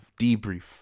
debrief